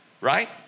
right